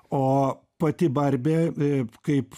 o pati barbė kaip